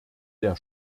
der